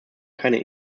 keine